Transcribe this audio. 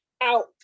out